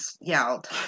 yelled